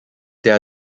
their